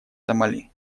сомали